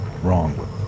wrong